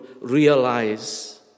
realize